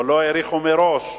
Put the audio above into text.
או לא העריכו מראש,